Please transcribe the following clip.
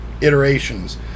iterations